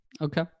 Okay